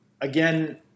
Again